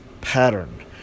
pattern